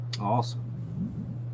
awesome